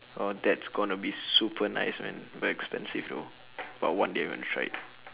uh that's going to be super nice man but expensive though but one day I'm gonna to try it